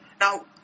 Now